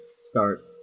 start